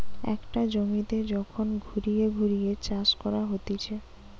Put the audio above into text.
একটা জমিতে যখন ঘুরিয়ে ঘুরিয়ে চাষ করা হতিছে